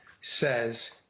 says